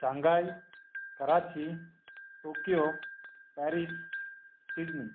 Shanghai Karachi Tokyo Paris Sydney